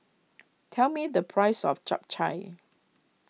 tell me the price of Chap Chai